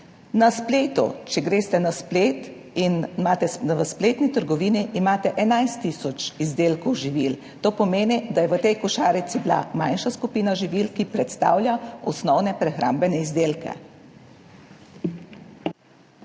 15 živil. Če greste na splet, imate v spletni trgovini 11 tisoč izdelkov živil, to pomeni, da je bila v tej košarici manjša skupina živil, ki predstavlja osnovne prehrambne izdelke.